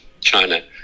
China